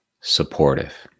supportive